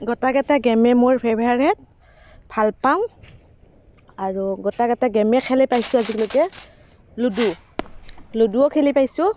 গোটেইকেইটা গেমেই মোৰ ফেভাৰেট ভাল পাওঁ আৰু গোটেইকেইটা গেমেই খেলি পাইছোঁ আজিলৈকে লুডু লুডুও খেলি পাইছোঁ